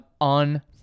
on